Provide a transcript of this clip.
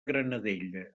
granadella